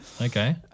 Okay